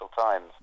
Times